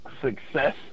success